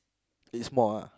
it's more ah